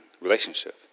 relationship